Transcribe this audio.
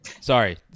Sorry